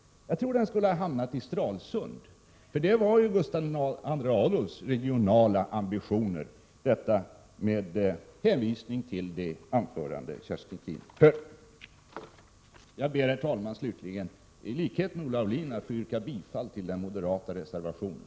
Jag tror att den skulle ha hamnat i Stralsund — det var ju åt det hållet som hans regionala ambitioner gick. Detta sagt med hänvisning till det anförande som Kerstin Keen höll. Jag ber, herr talman, i likhet med Olle Aulin att få yrka bifall till den moderata reservationen.